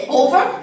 over